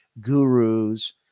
gurus